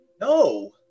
No